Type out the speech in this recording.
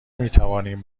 میتوانیم